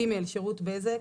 שירות בזק